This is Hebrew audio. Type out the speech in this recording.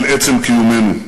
על עצם קיומנו.